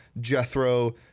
Jethro